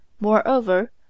Moreover